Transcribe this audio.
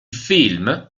film